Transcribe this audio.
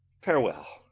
farewell!